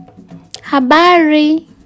Habari